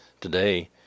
today